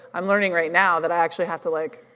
i'm learning right now that i actually have to like,